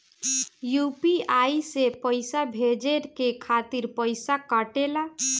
UPI से पइसा भेजने के खातिर पईसा कटेला?